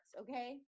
okay